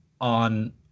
on